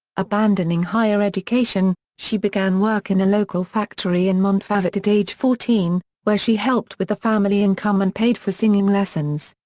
abandoning higher education, she began work in a local factory in montfavet at age fourteen, where she helped with the family income and paid for singing lessons.